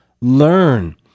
learn